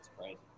Right